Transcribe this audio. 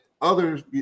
others